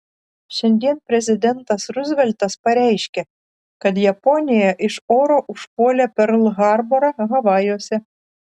šiandien prezidentas ruzveltas pareiškė kad japonija iš oro užpuolė perl harborą havajuose